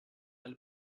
elle